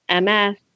MS